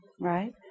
Right